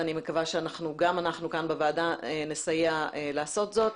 ואני מקווה שגם אנחנו כאן בוועדה נסייע לעשות זאת.